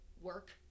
work